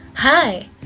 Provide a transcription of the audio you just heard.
Hi